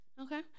Okay